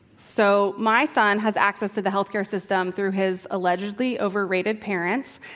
so, my son has access to the healthcare system through his allegedly overrated parents,